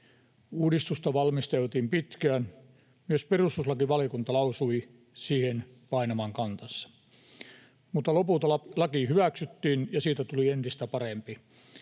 Uudistusta valmisteltiin pitkään, myös perustuslakivaliokunta lausui siihen painavan kantansa, mutta lopulta laki hyväksyttiin, ja siitä tuli entistä parempi.